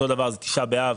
ט' באב,